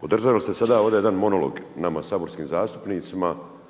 održali ste sada ovdje jedan monolog nama saborskim zastupnicima